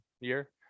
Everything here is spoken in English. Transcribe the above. year